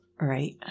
Right